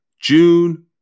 June